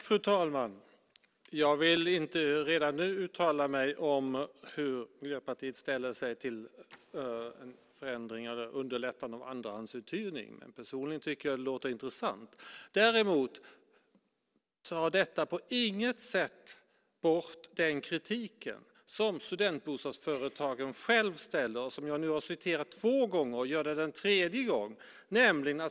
Fru talman! Jag vill inte redan nu uttala mig om hur Miljöpartiet ställer sig till underlättande av andrahandsuthyrning, men personligen tycker jag att det låter intressant. Men detta tar på inget sätt bort den kritik som studentbostadsföretagen själva framför, och som jag nu har citerat två gånger och gör en tredje gång.